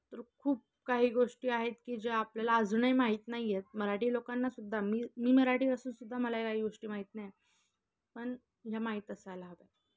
तर खूप काही गोष्टी आहेत की ज्या आपल्याला अजूनही माहीत नाही आहेत मराठी लोकांनासुद्धा मी मी मराठी असूनसुद्धा मला काही गोष्टी माहीत नाही पण ह्या माहीत असायला हव्या